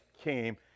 came